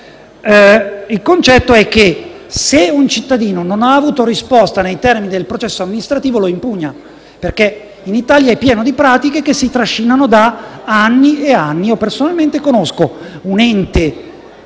il concetto è che se un cittadino non ha avuto risposta nei termini del processo amministrativo può procedere all’impugnazione. In Italia è pieno di pratiche che si trascinano da anni e anni; io personalmente conosco un ente